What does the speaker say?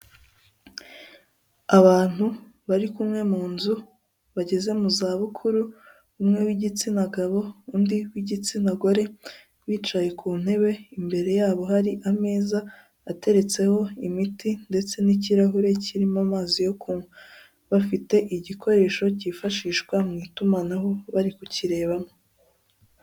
Abantu bari kumwe mu nzu, bageze mu za bukuru, umwe w'igitsina gabo, undi w'igitsina gore, bicaye ku ntebe, imbere yabo hari ameza ateretseho imiti ndetse n'ikirahure kirimo amazi yo kunywa, bafite igikoresho cyifashishwa mu itumanaho bari kukirebamo.